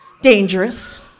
dangerous